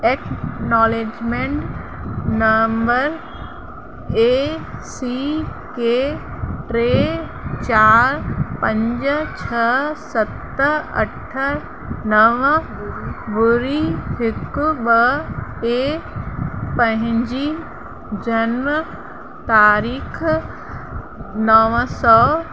acknowledgement number A C K टे चारि पंज छह सत अठ नव ॿुड़ी हिक ॿ ते पंहिंजी जनम तारीख़ नव सौ